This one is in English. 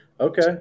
Okay